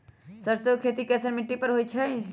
सरसों के खेती कैसन मिट्टी पर होई छाई?